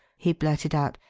he blurted out.